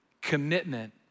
Commitment